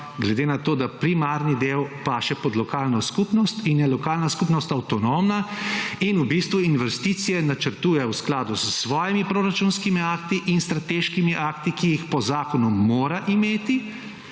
glede na to, da primarni del paše pod lokalno skupnost in je lokalna skupnost avtonomna in v bistvu investicije načrtuje v skladu s svojimi proračunskimi akti in strateškimi akti, ki jih po zakonu mora imeti.